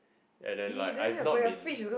and then like I have not been